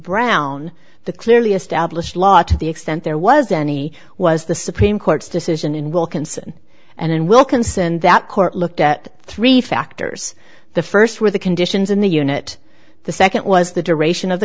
brown the clearly established law to the extent there was any was the supreme court's decision in wilkinson and in wilkinson that court looked at three factors the first were the conditions in the unit the second was the duration of the